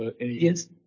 Yes